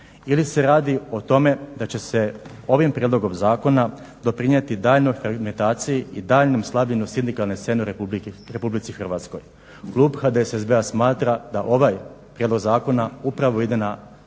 ili se radi o tome da će se ovim prijedlogom zakona doprinijeti daljnjoj fermentaciji i daljnjem slabljenju sindikalne scene u RH. Klub HDSSB-a smatra da ovaj prijedlog zakona upravo ide na